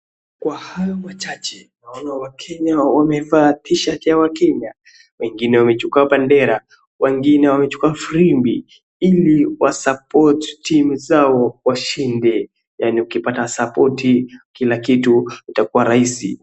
Kwa hayo machache, kuna wakenya wamevaa tishati ya wakenya, wengine wamechukua bendera, wengine wamechukua firimbi ili wasupport timu zao washinde. Yaani ukipata sapoti, kila kitu itakuwa rahisi.